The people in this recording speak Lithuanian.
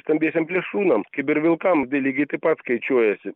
stambiesiem plėšrūnam kaip ir vilkam tai lygiai taip pat skaičiuojasi